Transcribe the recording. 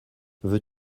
veux